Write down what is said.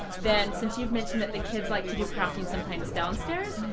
then since you mentioned that the kids like to do crafting sometimes downstairs,